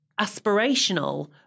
aspirational